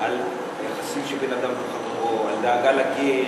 על יחסים שבין אדם לחברו, על דאגה לגר,